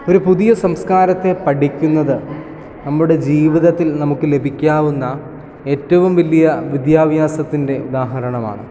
ഒരു പുതിയ സംസ്കാരത്തെ പഠിക്കുന്നത് നമ്മുടെ ജീവിതത്തിൽ നമുക്ക് ലഭിക്കാവുന്ന ഏറ്റവും വലിയ വിദ്യാഭ്യാസത്തിൻ്റെ ഉദാഹരണമാണ്